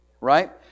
right